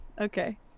Okay